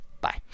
bye